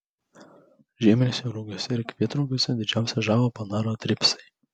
žieminiuose rugiuose ir kvietrugiuose didžiausią žalą padaro tripsai